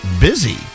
busy